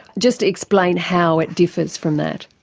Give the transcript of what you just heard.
just explain how it differs from that?